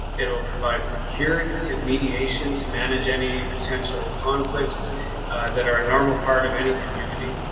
it will provide security and mediation to manage any potential conflicts that are a normal part of any community.